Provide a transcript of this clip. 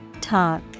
Talk